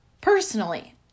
personally